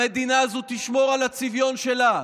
המדינה הזו תשמור על הצביון שלה,